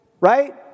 right